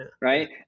right